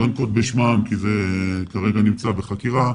לא אנקוב בשמן כי זה כרגע נמצא בחקירה,